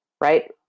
right